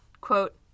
quote